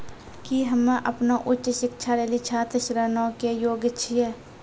कि हम्मे अपनो उच्च शिक्षा लेली छात्र ऋणो के योग्य छियै?